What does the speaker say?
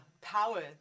power